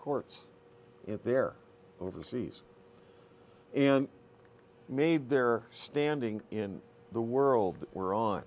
courts in their overseas and made their standing in the world were on